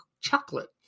chocolate